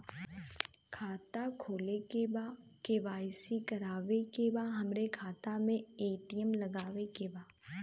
खाता खोले के बा के.वाइ.सी करावे के बा हमरे खाता के ए.टी.एम मगावे के बा?